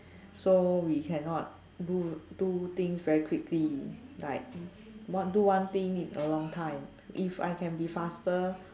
so we cannot do do things very quickly like one do one thing like need a long time if I can be faster